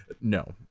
No